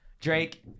Drake